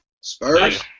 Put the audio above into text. Spurs